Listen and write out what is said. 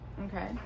Okay